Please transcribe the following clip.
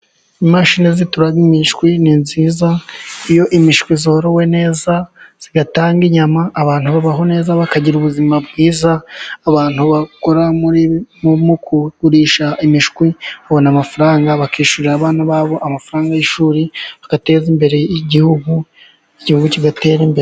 Imashini zituraga imishwi ni nziza. Iyo imishwi zorowe neza zigatanga inyama, abantu babaho neza bakagira ubuzima bwiza. Abantu bakora mu kugurisha imishwi babona amafaranga bakishyurira abana babo amafaranga y'ishuri, bagateza imbere Igihugu, igihugu kigatera imbere.